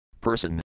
person